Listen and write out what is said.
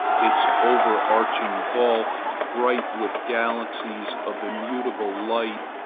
its overarching vault, bright with galaxies of immutable lights,